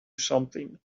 something